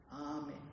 Amen